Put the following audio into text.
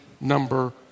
number